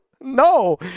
no